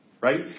Right